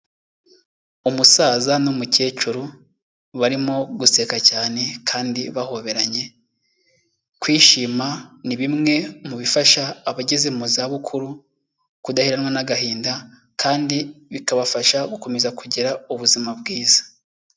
Umusaza n'umukecuru barimo guseka cyane kandi bahoberanye, kwishima ni bimwe mu bifasha abageze mu zabukuru kudaheranwa n'agahinda kandi bikabafasha gukomeza kugira ubuzima bwiza.